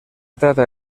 trata